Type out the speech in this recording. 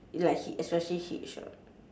like hi~ especially hitch orh